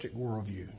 worldview